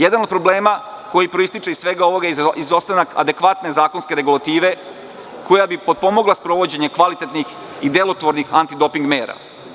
Jedan od problema koji proističe iz svega ovoga izostanak adekvatne zakonske regulative koja bi podpomogla sprovođenje kvalitetnih i delotvornih antidoping mera.